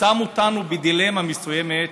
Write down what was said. שמה אותנו בדילמה מסוימת,